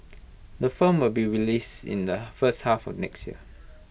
the film will be released in the first half of next year